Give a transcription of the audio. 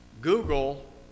Google